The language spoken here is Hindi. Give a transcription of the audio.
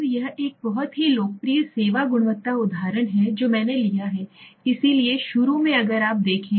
अब यह एक बहुत ही लोकप्रिय SERVQUAL सेवा गुणवत्ता उदाहरण है जो मैंने लिया है इसलिए शुरू में अगर आप देखें